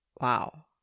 Wow